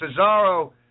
Cesaro